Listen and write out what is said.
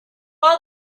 all